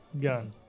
gun